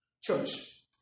church